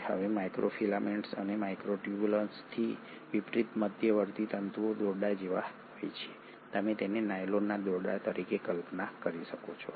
હવે માઇક્રોફિલામેન્ટ્સ અને માઇક્રોટ્યુબ્યુલ્સથી વિપરીત મધ્યવર્તી તંતુઓ દોરડા જેવા હોય છે તમે તેને નાયલોનના દોરડા તરીકે કલ્પના કરી શકો છો